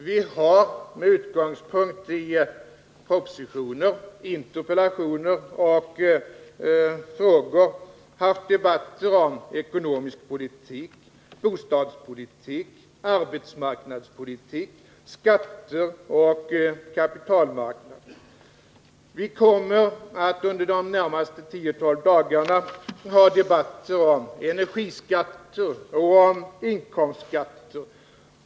Vi har med utgångspunkt i propositioner, interpellationer och frågor haft debatter om ekonomisk politik, bostadspolitik, arbetsmarknadspolitik, skatter och kapitalmarknad. Vi kommer att under de närmaste 10-12 dagarna ha debatter om energiskatter och inkomstskatter.